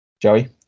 Joey